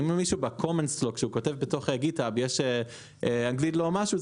אם למישהו ב-commence lock כשהוא כותב בתוך גיטהאב יש אנגלית לא משהו,